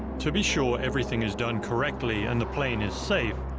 to be sure everything is done correctly and the plane is safe,